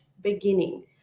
beginning